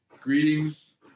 greetings